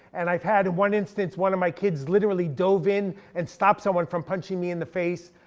and i've had one instance, one of my kids literally dove in and stopped someone from punching me in the face.